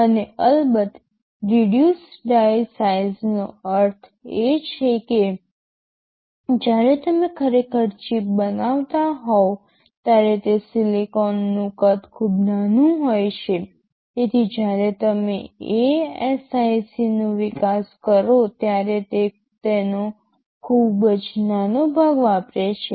અને અલબત્ત reduce die size નો અર્થ એ છે કે જ્યારે તમે ખરેખર ચિપ બનાવતા હોવ ત્યારે તે સિલિકોનનું કદ ખૂબ નાનું હોય છે જેથી જ્યારે તમે ASIC નો વિકાસ કરો ત્યારે તે તેનો ખૂબ જ નાનો ભાગ વાપરે છે